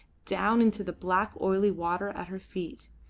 down into the black oily water at her feet.